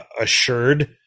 assured